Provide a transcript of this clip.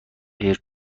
حرفه